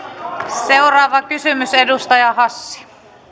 seuraava kysymys edustaja hassi